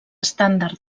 estàndard